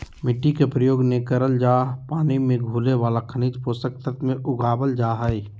मिट्टी के प्रयोग नै करल जा हई पानी मे घुले वाला खनिज पोषक तत्व मे उगावल जा हई